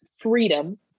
freedom